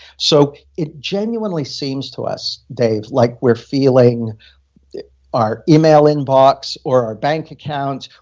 so it genuinely seems to us dave, like we're feeling our email inbox, or our bank accounts,